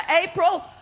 April